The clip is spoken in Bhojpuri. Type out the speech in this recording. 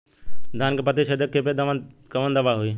धान के पत्ती छेदक कियेपे कवन दवाई होई?